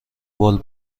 بال